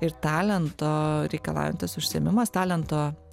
ir talento reikalaujantis užsiėmimas talento